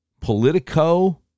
Politico